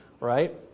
right